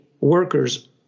workers